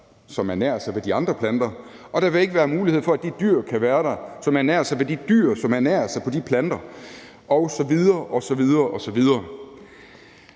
som ernærer sig ved de andre planter, og der vil ikke være mulighed for, at de dyr kan være der, som ernærer sig ved de dyr, som ernærer sig ved de planter osv. osv. Derfor har vi